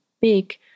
big